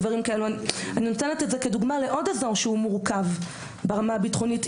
אבל אני נותנת את זה כדוגמה לאזור נוסף עם מורכבות ברמה הביטחונית,